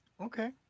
Okay